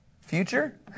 future